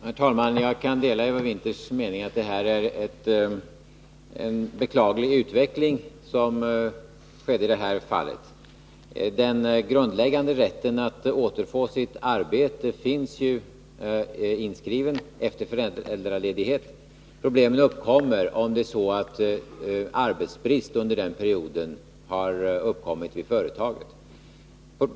Herr talman! Jag kan dela Eva Winthers mening att det var en beklaglig utveckling i det aktuella fallet. Den grundläggande rätten att återfå sitt arbete efter föräldraledighet finns inskriven i lag. Problemen uppstår om arbetsbrist under perioden har uppkommit vid företaget.